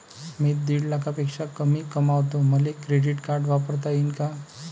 मी दीड लाखापेक्षा कमी कमवतो, मले क्रेडिट कार्ड वापरता येईन का?